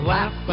Laugh